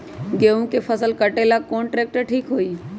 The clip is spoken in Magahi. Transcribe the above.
गेहूं के फसल कटेला कौन ट्रैक्टर ठीक होई?